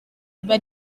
riba